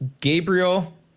Gabriel